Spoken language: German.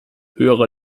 höhere